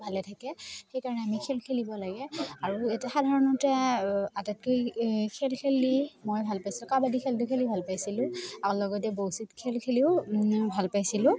ভালে থাকে সেইকাৰণে আমি খেল খেলিব লাগে আৰু এতিয়া সাধাৰণতে আটাইতকৈ খেল খেলি মই ভাল পাইছিলোঁ কাবাডী খেলটো খেলি ভাল পাইছিলোঁ আৰু লগতে বৌচিত খেল খেলিও ভাল পাইছিলোঁ